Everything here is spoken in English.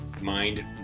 mind